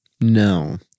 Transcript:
No